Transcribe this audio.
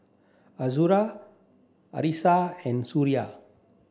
Azura Arissa and Suria